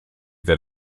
that